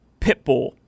Pitbull